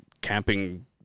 camping